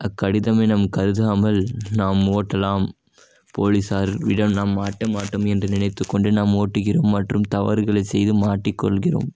அக்கடிதமாக நம் கருதாமல் நாம் ஓட்டலாம் போலீசாரிடம் நாம் மாட்டமாட்டோம் என்று நினைத்துக்கொண்டு நாம் ஓட்டிக்கிறோம் மற்றும் தவறுகளை செய்து மாட்டிக்கொள்கிறோம்